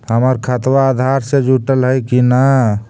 हमर खतबा अधार से जुटल हई कि न?